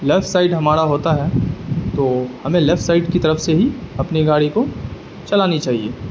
left side ہمارا ہوتا ہے تو ہمیں لیفٹ سائڈ کی طرف سے ہی اپنی گاڑی کو چلانی چاہیے